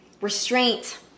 Restraint